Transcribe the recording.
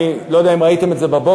אני לא יודע אם ראיתם את זה בבוקר,